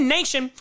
Nation